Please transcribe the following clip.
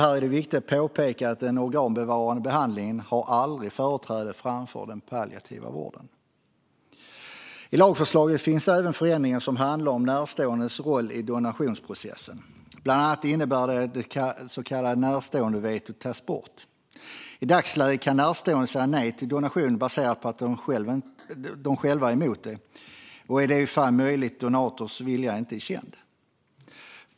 Här är det viktigt att påpeka att den organbevarande behandlingen aldrig har företräde framför den palliativa vården. I lagförslaget finns även förändringar som handlar om närståendes roll i donationsprocessen. Bland annat innebär det att det så kallade närståendevetot tas bort. I dagsläget kan närstående säga nej till donation baserat på att de själva är emot det, i de fall en möjlig donators vilja inte är känd.